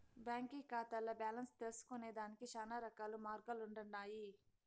బాంకీ కాతాల్ల బాలెన్స్ తెల్సుకొనేదానికి శానారకాల మార్గాలుండన్నాయి